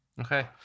Okay